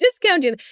discounting